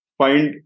find